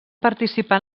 participar